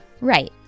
Right